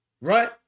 Right